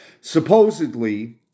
supposedly